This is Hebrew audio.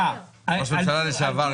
גפני,